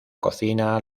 cocina